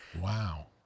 Wow